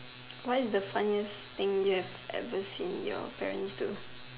What is the funniest thing you have ever seen your parents do